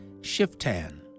Shiftan